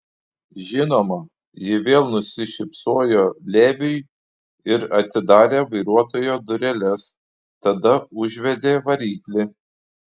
žinoma ji vėl nusišypsojo leviui ir atidarė vairuotojo dureles tada užvedė variklį